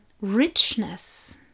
richness